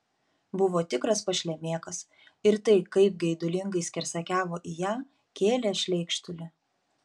buvo tikras pašlemėkas ir tai kaip geidulingai skersakiavo į ją kėlė šleikštulį